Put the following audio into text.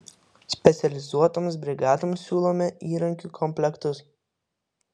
specializuotoms brigadoms siūlome įrankių komplektus